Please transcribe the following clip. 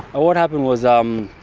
what happened was um